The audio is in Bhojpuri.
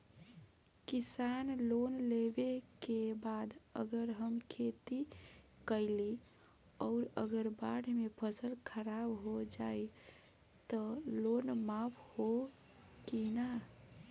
किसान लोन लेबे के बाद अगर हम खेती कैलि अउर अगर बाढ़ मे फसल खराब हो जाई त लोन माफ होई कि न?